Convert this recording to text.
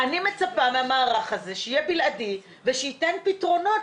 ואני מצפה מהמערך הזה שיהיה בלעדי וייתן פתרונות,